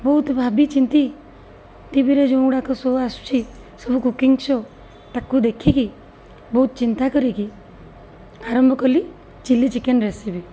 ବହୁତ ଭାବିଚିନ୍ତି ଟିଭିରେ ଯେଉଁଗୁଡ଼ାକ ସୋ ଆସୁଛି ସବୁ କୁକିଙ୍ଗ ସୋ ତାକୁ ଦେଖିକି ବହୁତ ଚିନ୍ତା କରିକି ଆରମ୍ଭ କଲି ଚିଲ୍ଲି ଚିକେନ୍ ରେସିପି